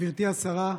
גברתי השרה,